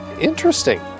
interesting